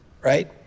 right